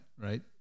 right